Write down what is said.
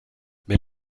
mais